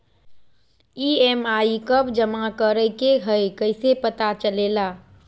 EMI कव जमा करेके हई कैसे पता चलेला?